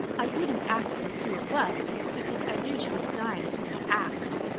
i wouldn't ask her who it was, because i knew she was dying to be asked.